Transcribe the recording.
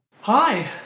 Hi